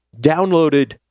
downloaded